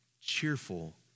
cheerful